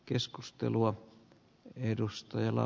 arvoisa puhemies